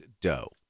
dough